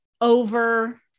over